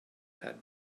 had